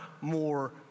more